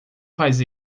faz